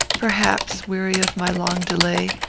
perhaps, weary of my long delay,